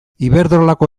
iberdrolako